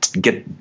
get